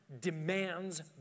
demands